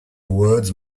words